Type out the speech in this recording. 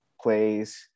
plays